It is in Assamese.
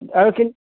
আৰু কি